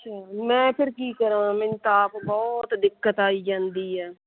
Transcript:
ਅੱਛਾ ਮੈਂ ਫਿਰ ਕੀ ਕਰਾਂ ਮੈਨੂੰ ਤਾਂ ਆਪ ਬਹੁਤ ਦਿੱਕਤ ਆਈ ਜਾਂਦੀ ਹੈ